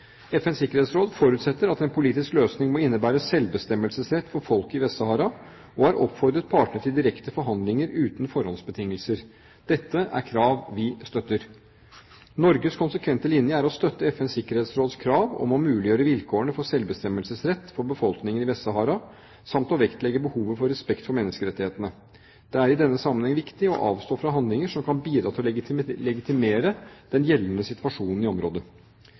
FNs sikkerhetsråd forutsetter at en politisk løsning må innebære selvbestemmelsesrett for folket i Vest-Sahara, og har oppfordret partene til direkte forhandlinger uten forhåndsbetingelser. Dette er krav vi støtter. Norges konsekvente linje er å støtte FNs sikkerhetsråds krav om å muliggjøre vilkårene for selvbestemmelsesrett for befolkningen i Vest-Sahara, samt å vektlegge behovet for respekt for menneskerettighetene. Det er i denne sammenheng viktig å avstå fra handlinger som kan bidra til å legitimere den gjeldende situasjonen i området.